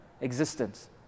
existence